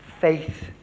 faith